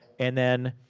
and then,